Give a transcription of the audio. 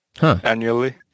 annually